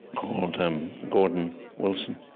called um gordon wilson.